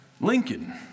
Lincoln